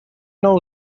nou